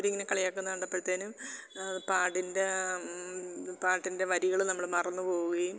ഇവർ ഇങ്ങനെ കളിയാക്കുന്നത് കണ്ടപ്പോഴത്തേനും പാടിൻ്റെ പാട്ടിൻ്റെ വരികൾ നമ്മൾ മറന്നുപോവുകയും